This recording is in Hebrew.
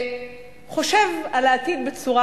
שחושב על העתיד בצורה